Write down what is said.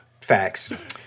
facts